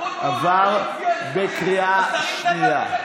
עבר בקריאה שנייה.